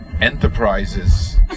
enterprises